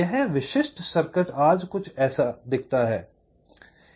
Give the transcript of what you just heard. यह विशिष्ट सर्किट आज कुछ कैसा दिखता है